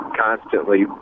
constantly